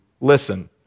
listen